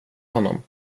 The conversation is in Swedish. honom